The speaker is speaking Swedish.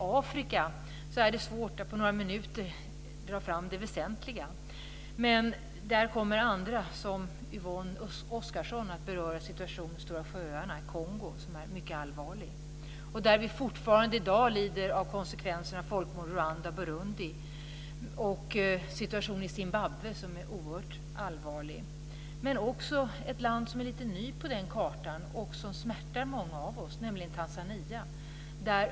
Det är svårt att på några minuter dra fram det väsentliga i situationen i Afrika. Men andra, t.ex. Yvonne Oscarsson, kommer att beröra situationen vid de stora sjöarna och Kongo som är mycket allvarlig. Man lider fortfarande i dag av konsekvenserna av folkmorden i Rwanda och Burundi. Situationen i Zimbabwe är också oerhört allvarlig. Det finns också ett land som är nytt på den kartan, vilket smärtar många av oss, nämligen Tanzania.